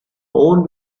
own